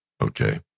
Okay